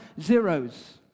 zeros